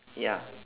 ya